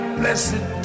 blessed